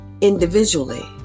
Individually